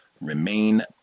remain